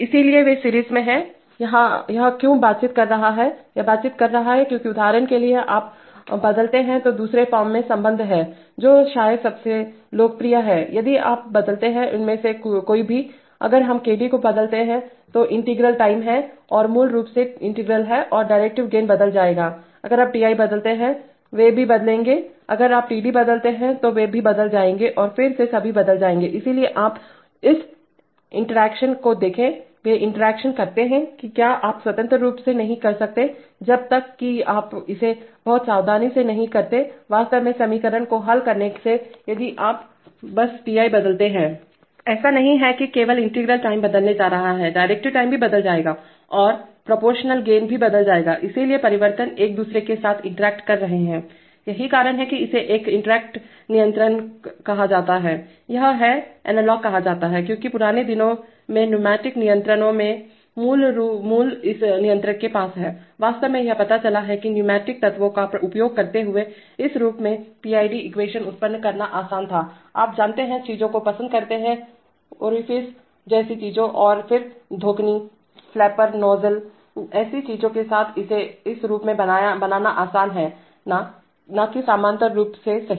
इसलिए वे सीरीज में हैं यह क्यों बातचीत कर रहा है यह बातचीत कर रहा है क्योंकि उदाहरण के लिए यदि आप बदलते हैंतो दूसरे फॉर्म के संबंध में जो शायद सबसे लोकप्रिय है यदि आप बदलते हैं इनमें से कोई भी अगर हम KC को बदलते हैं तो इंटीग्रल टाइम है और मूल रूप से इंटीग्रल है और डेरीवेटिव गेन बदल जाएगा अगर आप Ti बदलते हैं वे भी बदलेंगे अगर आप Td बदलते हैं तो वे भी बदल जाएंगे और फिर वे सभी बदल जाएंगे इसलिए आप उस इंटरैक्शन को देखें वे इंटरैक्शन करते हैं कि क्या आप स्वतंत्र रूप से नहीं कर सकते हैं जब तक कि आप इसे बहुत सावधानी से नहीं करते हैं वास्तव में समीकरणों को हल करने से यदि आप बस Ti बदलते हैं ऐसा नहीं है कि केवल इंटीग्रल टाइम बदलने जा रहा हैडेरीवेटिव टाइम भी बदल जाएगा और प्रोपोरशनल गेन भी बदल जाएगा इसलिए परिवर्तन एक दूसरे के साथ इंटरैक्ट कर रहे हैं यही कारण है कि इसे एक इंटरैक्ट नियंत्रक कहा जाता है यह है एनालॉग कहा जाता है क्योंकि पुराने दिनों के न्यूमैटिक नियंत्रणों में मूल इस नियंत्रक के पास है वास्तव में यह पता चला है कि न्यूमैटिक तत्वों का उपयोग करते हुए इस रूप में पीआईडी एक्वेशन उत्पन्न करना आसान था आप जानते हैं चीजों को पसंद करते हैं ओरिफिस जैसी चीजें और फिर धौंकनी फ्लैपर नोजलऐसी चीजों के साथ इसे इस रूप में बनाना आसान है न कि समानांतर रूप में सही